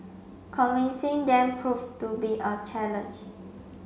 convincing them proved to be a challenge